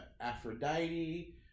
Aphrodite